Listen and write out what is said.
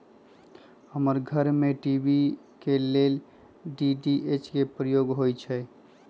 हमर घर में टी.वी के लेल डी.टी.एच के प्रयोग होइ छै